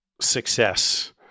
success